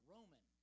Roman